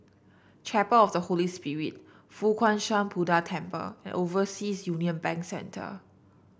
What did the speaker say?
Chapel of the Holy Spirit Fo Guang Shan Buddha Temple and Overseas Union Bank Centre